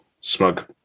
smug